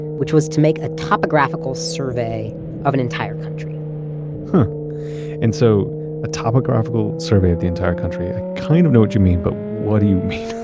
which was to make a topographical survey of an entire country and so a topographical survey of the entire country. i kind of know what you mean, but what do you mean?